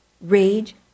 rage